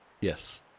Yes